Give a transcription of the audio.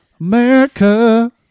America